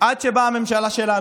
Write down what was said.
עד שבאה הממשלה שלנו,